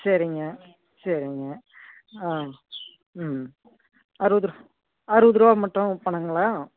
சரிங்க சரிங்க ஆ ம் அறுபது அறுபது ரூபா மட்டும் பணம்ங்களா